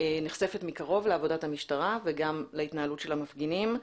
נחשפת מקרוב לעבודת המשטרה וגם להתנהלות המפגינים.